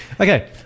Okay